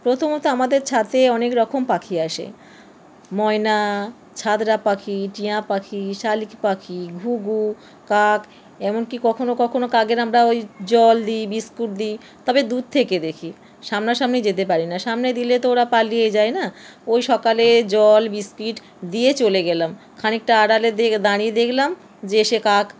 প্রথমত আমাদের ছাতে অনেক রকম পাখি আসে ময়না ছাতারে পাখি টিয়া পাখি শালিক পাখি ঘুঘু কাক এমনকি কখনও কখনও কাকের আমরা ওই জল দিই বিস্কুট দিই তবে দূর থেকে দেখি সামনাসামনি যেতে পারি না সামনে দিলে তো ওরা পালিয়ে যায় না ওই সকালে জল বিস্কিট দিয়ে চলে গেলাম খানিকটা আড়ালে দিকে দাঁড়িয়ে দেখলাম যে সে কাক